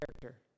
character